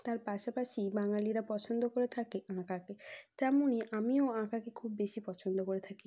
তার পাশাপাশি বাঙালিরা পছন্দ করে থাকে আঁকাকে তেমনই আমিও আঁকাকে খুব বেশি পছন্দ করে থাকি